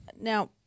Now